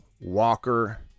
Walker